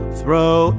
throw